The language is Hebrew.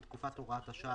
בתקופת הוראת השעה,